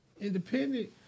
independent